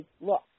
look